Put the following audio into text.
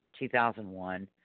2001